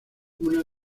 una